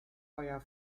euer